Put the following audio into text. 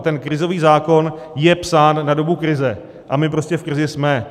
Ten krizový zákon je psán na dobu krize a my prostě v krizi jsme.